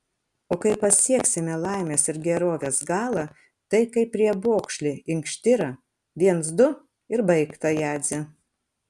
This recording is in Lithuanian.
o kai pasieksime laimės ir gerovės galą tai kaip riebokšlį inkštirą viens du ir baigta jadze